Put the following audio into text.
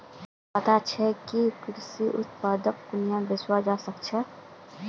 की तोक पता छोक के कृषि उपजक कुहाँ बेचवा स ख छ